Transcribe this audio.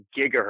gigahertz